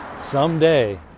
someday